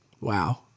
Wow